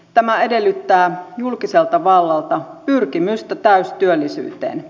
tämä edellyttää julkiselta vallalta pyrkimystä täystyöllisyyteen